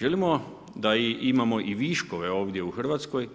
Želimo da imamo i viškove ovdje u Hrvatskoj